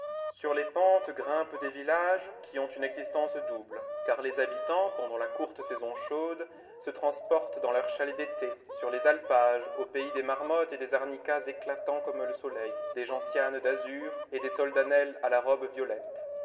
sur les pentes grimpent des villages qui ont une existence double car les habitants pendant la courte saison chaude se transportent dans leurs chalets d'été sur les alpages au pays des marmottes et des arnicas éclatants comme le soleil des gentianes d'azur et des soldanelles à la robe violette